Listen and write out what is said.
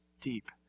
deep